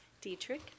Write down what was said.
Dietrich